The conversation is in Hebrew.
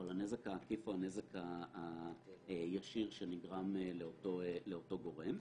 או על הנזק העקיף או הנזק הישיר שנגרם לאותו גורם.